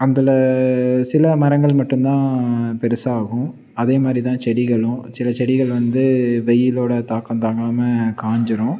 அதில் சில மரங்கள் மட்டும்தான் பெருசாகும் அதே மாதிரிதான் செடிகளும் சில செடிகள் வந்து வெயிலோடய தாக்கம் தாங்காமல் காஞ்சுடும்